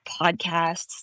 podcasts